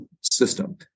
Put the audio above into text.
system